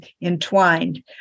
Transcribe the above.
entwined